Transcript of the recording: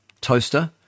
Toaster